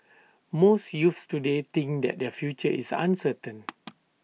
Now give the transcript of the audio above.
most youths today think that their future is uncertain